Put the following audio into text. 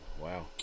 Wow